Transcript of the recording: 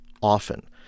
often